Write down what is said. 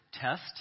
test